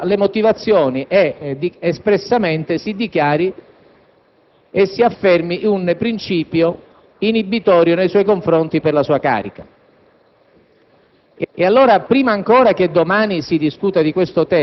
attraverso il quale si significhino le motivazioni ed espressamente si affermi un principio inibitorio nei suoi confronti per la sua carica.